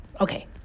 okay